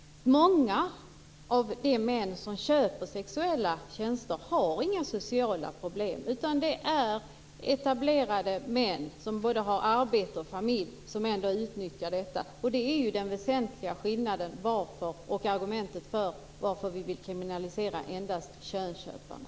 Många av de män som köper sexuella tjänster har inga sociala problem. Det är etablerade män som både har arbete och familj som ändå utnyttjar sexuella tjänster. Det är den väsentliga skillnaden, och det är argumentet till att vi vill kriminalisera endast könsköparna.